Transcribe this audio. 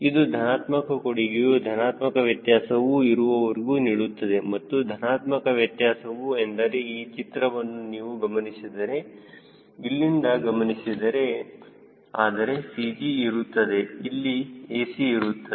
ಇದು ಧನಾತ್ಮಕ ಕೊಡುಗೆಯೂ ಧನಾತ್ಮಕ ವ್ಯತ್ಯಾಸವು ಇರುವವರಿಗೆ ನೀಡುತ್ತದೆ ಮತ್ತು ಧನಾತ್ಮಕ ವ್ಯತ್ಯಾಸವು ಎಂದರೆ ಈ ಚಿತ್ರವನ್ನು ನೀವು ಗಮನಿಸಿದರೆ ಇಲ್ಲಿಂದ ಗಮನಿಸಿದರೆ ಆದರೆ CG ಇರುತ್ತದೆ ಇಲ್ಲಿ ac ಇದೆ